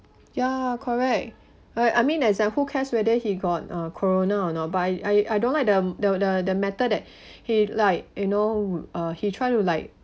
ya correct I I mean it's like who cares whether he got uh corona or not but I I don't like the the the the matter that he like you know uh he trying to like